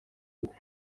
bita